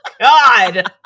God